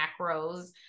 macros